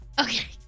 Okay